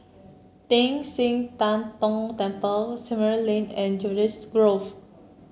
Teng San Tian Tong Temple Several Lane and Grove